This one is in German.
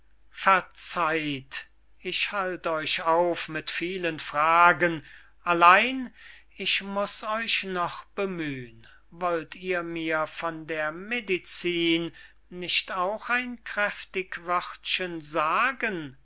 verzeiht ich halt euch auf mit vielen fragen allein ich muß euch noch bemüh'n wollt ihr mir von der medicin nicht auch ein kräftig wörtchen sagen